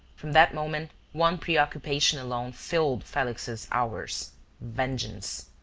from that moment one preoccupation alone filled felix's hours vengeance!